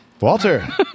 Walter